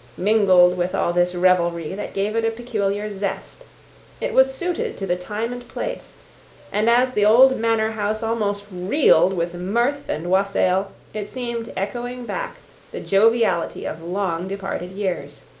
mingled with all this revelry that gave it a peculiar zest it was suited to the time and place and as the old manor house almost reeled with mirth and wassail, it seemed echoing back the joviality of long-departed years.